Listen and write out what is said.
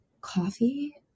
coffee